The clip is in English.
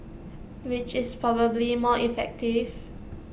which is probably more effective